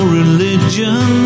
religion